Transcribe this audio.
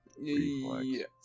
Yes